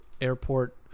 airport